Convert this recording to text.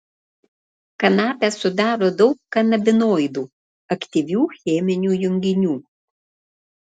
kanapę sudaro daug kanabinoidų aktyvių cheminių junginių